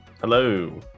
Hello